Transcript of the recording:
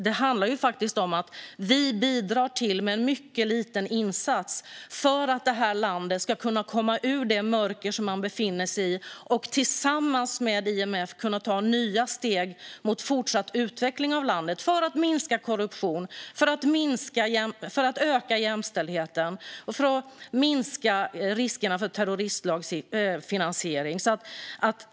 Det handlar faktiskt om att vi bidrar med en mycket liten insats för att detta land ska kunna komma ur det mörker som man befinner sig i och tillsammans med IMF kunna ta nya steg mot fortsatt utveckling av landet för att minska korruptionen, för att öka jämställdheten och för att minska riskerna för terroristfinansiering.